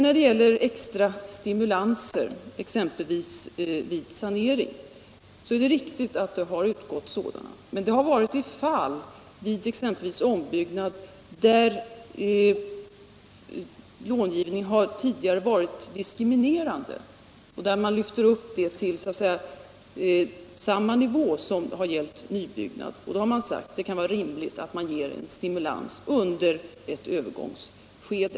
När det gäller extra stimulanser, t.ex. vid sanering, är det riktigt att sådana har utgått, men det har varit i fall vid ombyggnad där långivning tidigare har varit diskriminerande. Där har man lyft upp villkoren till samma nivå som när det gäller nybyggnad. Då har man sagt att det kan vara rimligt att ge stimulans under ett övergångsskede.